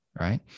Right